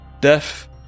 Death